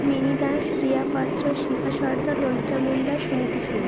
mini Das Riya Patra Shikha Sardar Lalita Munda Suniti Singh